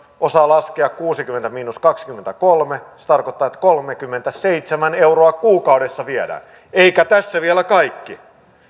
osaa laskea kuusikymmentä miinus kaksikymmentäkolme se tarkoittaa että kolmekymmentäseitsemän euroa kuukaudessa viedään eikä tässä vielä kaikki